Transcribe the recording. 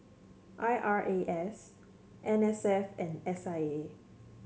I R A S N S F and S I A